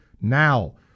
now